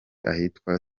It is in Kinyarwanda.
ahitwa